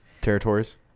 territories